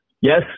yes